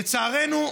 לצערנו,